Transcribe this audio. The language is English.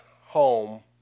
home